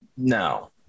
No